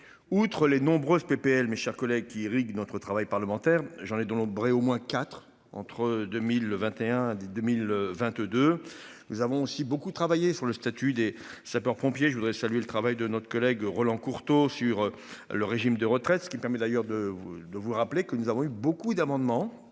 Outre les nombreuses PPL, mes chers collègues qui irriguent notre travail parlementaire. J'en ai dénombré au moins 4 entre 2000. Le 21 dès 2022. Nous avons aussi beaucoup travaillé sur le statut des sapeurs-pompiers. Je voudrais saluer le travail de notre collègue Roland Courteau sur le régime de retraite, ce qui permet d'ailleurs de vous, de vous rappeler que nous avons eu beaucoup d'amendements.